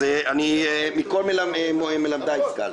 מכל מלמדיי השכלתי.